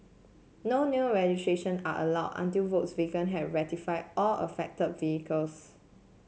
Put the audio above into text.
no new registration are allowed until Volkswagen have rectify all affected vehicles